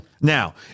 Now